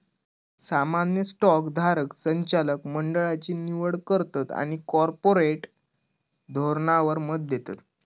सामान्य स्टॉक धारक संचालक मंडळची निवड करतत आणि कॉर्पोरेट धोरणावर मत देतत